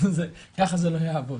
ככה זה לא יעבוד.